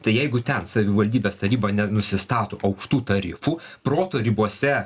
tai jeigu ten savivaldybės taryba net nusistato aukštų tarifų proto ribose